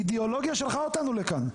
אידאולוגיה שלחה אותנו לכאן.